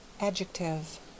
Adjective